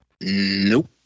Nope